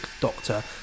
Doctor